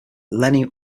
lenny